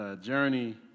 Journey